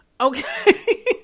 Okay